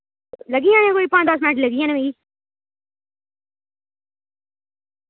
लग्गी जाने कोई पंज दस मैंट लग्गी जाने मिगी